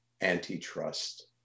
antitrust